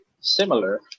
similar